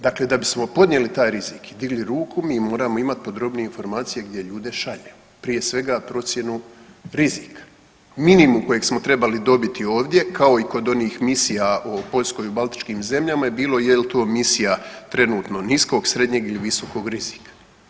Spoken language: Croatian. Dakle, da bismo podnijeli taj rizik i digli ruku mi moramo imat podrobnije informacije gdje ljude šalju, prije svega procjenu rizika minimum kojeg smo trebali dobiti ovdje kao i kod onih misija o Poljskoj i baltičkim zemljama i bilo je li to misija trenutno niskog, srednjeg ili visokog rizika.